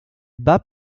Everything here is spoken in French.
bat